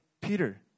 Peter